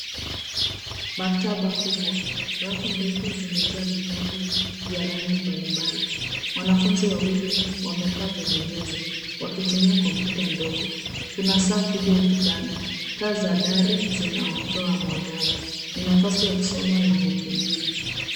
Maktaba kubwa. Rafu ndefu zimejaa vitabu vya rangi mbalimbali. Wanafunzi wawili wamekaa kwenye meza wakitumia kompyuta ndogo. Kuna saa kubwa ukutani. Taa za dari zinatoa mwangaza. Ni nafasi ya kusoma yenye utulivu.